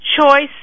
choice